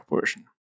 version